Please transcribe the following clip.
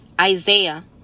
Isaiah